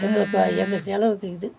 எங்களுக்கு எங்கள் செலவுக்கு இது